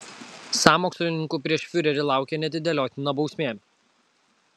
sąmokslininkų prieš fiurerį laukia neatidėliotina bausmė